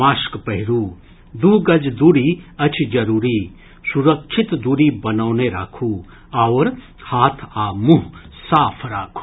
mask पहिरू दू गज दूरी अछि जरूरी सुरक्षित दूरी बनौने राखू आओर हाथ आ मुंह साफ राखू